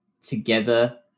together